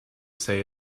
say